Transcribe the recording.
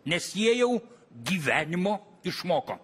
nes jie jau gyvenimo išmoko